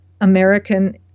American